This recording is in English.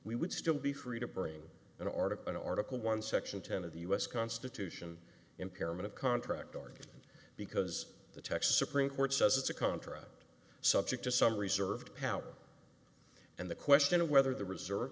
we would still be free to bring in article in article one section ten of the us constitution impairment of contract argument because the texas supreme court says it's a contract subject to some reserved power and the question of whether the reserve